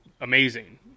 amazing